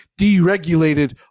deregulated